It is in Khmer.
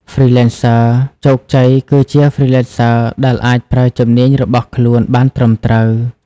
Freelancers ជោគជ័យ គឺជា Freelancers ដែលអាចប្រើជំនាញរបស់ខ្លួនបានត្រឹមត្រូវ។